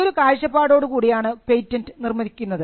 ഈയൊരു കാഴ്ചപ്പാടോടു കൂടിയാണ് പേറ്റന്റ് നിർമ്മിക്കുന്നത്